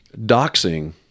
doxing